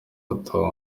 ottawa